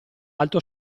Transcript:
alto